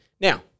Now